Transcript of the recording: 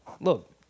Look